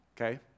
okay